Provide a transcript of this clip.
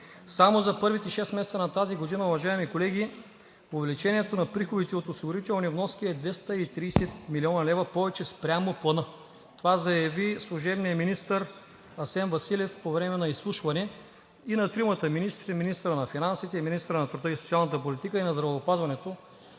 Само за първите шест месеца на тази година, уважаеми колеги, увеличението на приходите от осигурителни вноски е 230 млн. лв. повече спрямо плана. Това заяви служебният министър Асен Василев по време на изслушване и на тримата министри: министъра на финансите, министъра на труда и социалната политика и министъра на здравеопазването.